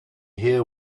hear